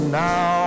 now